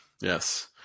Yes